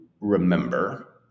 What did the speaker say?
remember